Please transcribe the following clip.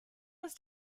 was